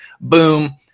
Boom